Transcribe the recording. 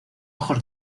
ojos